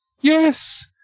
Yes